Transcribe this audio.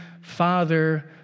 father